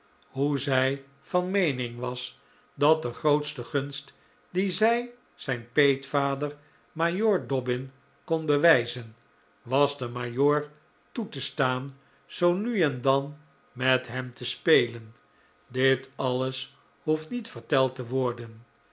hoe zij van meening was dat de grootste gunst die zij zijn peetvader majoor dobbin kon bewijzen was den majoor toe te staan zoo nu en dan met hem te spelen dit alles hoeft niet verteld te worden